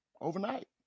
Overnight